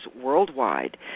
worldwide